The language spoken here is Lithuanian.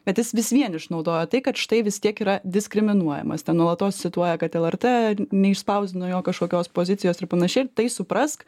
bet jis vis vien išnaudojo tai kad štai vis tiek yra diskriminuojamas ten nuolatos cituoja kad lrt neišspausdino jo kažkokios pozicijos ir panašiai tai suprask